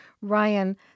Ryan